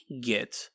get